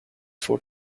for